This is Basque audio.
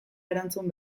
erantzun